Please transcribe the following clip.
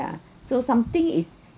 ya so something is